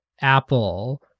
Apple